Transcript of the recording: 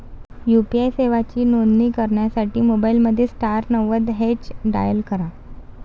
UPI सेवांची नोंदणी करण्यासाठी मोबाईलमध्ये स्टार नव्वद हॅच डायल करा